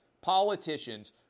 politicians